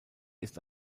ist